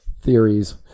theories